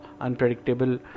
unpredictable